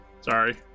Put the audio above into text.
Sorry